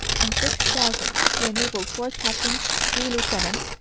and six thousand to enable four captains, three lieutenants,